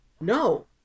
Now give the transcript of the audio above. No